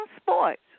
Sports